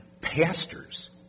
pastors